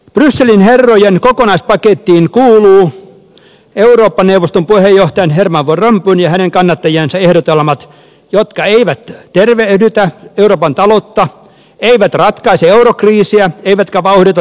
brysselin herrojen kokonaispakettiin kuuluvat eurooppa neuvoston puheenjohtajan herman van rompuyn ja hänen kannattajiensa ehdotelmat jotka eivät tervehdytä euroopan taloutta eivät ratkaise eurokriisiä eivätkä vauhdita talouskasvua